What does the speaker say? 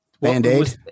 Band-Aid